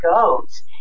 goes